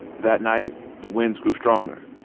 that night the winds grew stronger.